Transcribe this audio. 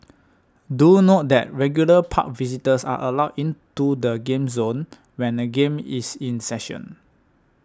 do note that regular park visitors are allowed into the game zone when a game is in session